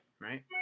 Right